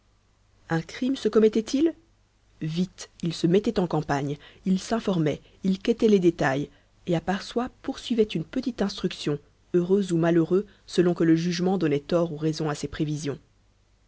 un crime se commettait il vite il se mettait en campagne il s'informait il quêtait les détails et à par soi poursuivait une petite instruction heureux ou malheureux selon que le jugement donnait tort ou raison à ses prévisions